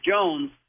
Jones